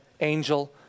angel